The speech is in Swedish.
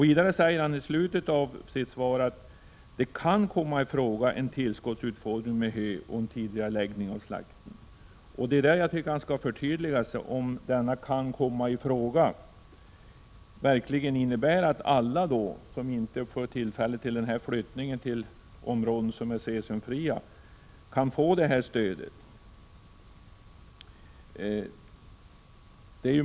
I slutet av svaret säger Mats Hellström att tillskottsutfodring med hö och tidigareläggning av slakten är åtgärder som kan komma att vidtas. Här behövs ett förtydligande. Innebär uttrycket ”kan komma att vidtas” att alla som inte fått tillfälle att flytta renarna till områden med cesiumfritt foder kan få stöd?